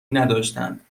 نداشتند